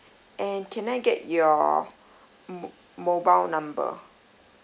and can I get your mo~ mobile number